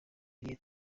irihe